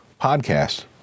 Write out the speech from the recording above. podcast